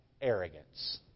arrogance